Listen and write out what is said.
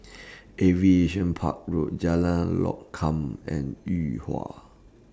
Aviation Park Road Jalan Lokam and Yuhua